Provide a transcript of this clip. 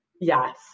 Yes